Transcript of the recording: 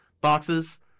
boxes